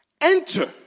Enter